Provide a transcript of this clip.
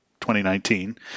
2019